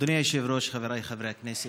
אדוני היושב-ראש, חבריי חברי הכנסת.